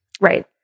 Right